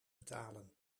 betalen